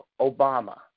Obama